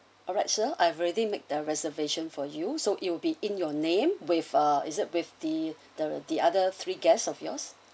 alright sir I've already made the reservation for you so it will be in your name with uh is it with the the the other three guests of yours